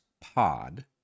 Pod